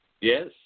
Yes